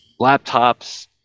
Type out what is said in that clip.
laptops